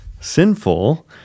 sinful—